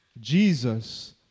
Jesus